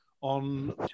on